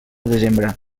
desembre